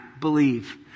believe